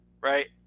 right